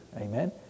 Amen